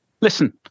listen